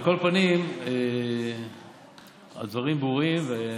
על כל פנים, הדברים ברורים.